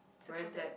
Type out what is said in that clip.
circle that